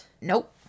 Nope